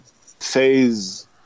phase